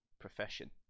profession